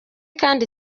kandi